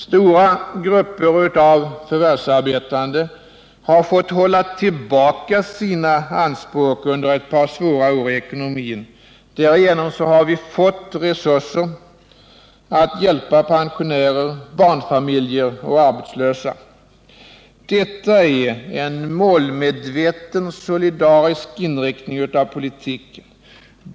Stora grupper av förvärvsarbetande har fått hålla tillbaka sina anspråk under ett par svåra år i ekonomin. Därigenom har vi fått resurser att hjälpa pensionärer, barnfamiljer och arbetslösa. Detta är en målmedveten solidarisk inriktning av politiken.